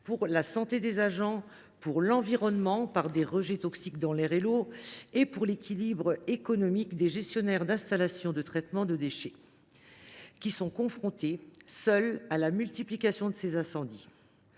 pour la santé des agents, pour l’environnement, en raison de leurs rejets toxiques dans l’air et dans l’eau, ainsi que pour l’équilibre économique des gestionnaires d’installations de traitement de déchets, confrontés, seuls, à la multiplication des incendies.